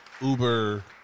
uber